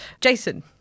Jason